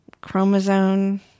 chromosome